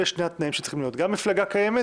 אלה שני התנאים שצריכים להיות גם מפלגה קיימת